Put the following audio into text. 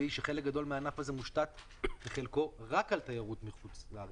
שחלק גדול מהענף הזה מושתת בחלקו רק על תיירות מחוץ לארץ.